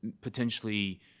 potentially